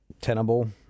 tenable